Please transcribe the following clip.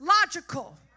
logical